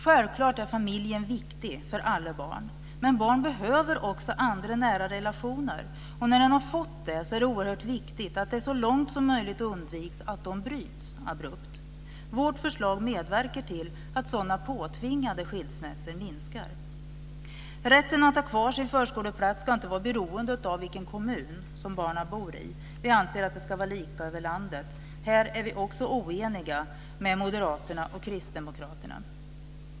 Självklart är familjen viktig för alla barn. Men barn behöver också andra nära relationer, och när de har fått sådana är det oerhört viktigt att så långt som möjligt undvika att de bryts abrupt. Vårt förslag medverkar till att sådana påtvingade skilsmässor minskar. Rätten att ha kvar sin förskoleplats ska inte var beroende av vilken kommun barnen bor i. Vi anser att det ska vara lika över landet. Även här är vi oeniga med moderaterna och kristdemokraterna.